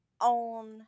on